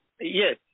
Yes